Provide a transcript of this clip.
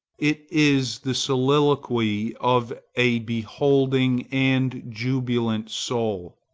it is the soliloquy of a beholding and jubilant soul.